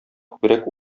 күбрәк